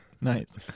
Nice